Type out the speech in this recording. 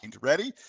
ready